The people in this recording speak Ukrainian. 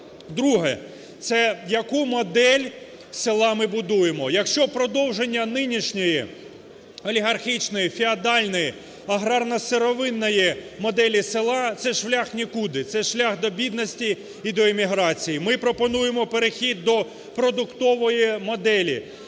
Друге - це яку модель села ми будуємо. Якщо продовження нинішньої олігархічної, феодальної, аграрно-сировинної моделі села це шлях в нікуди, це шлях до бідності і до еміграції. Ми пропонуємо перехід до продуктової моделі,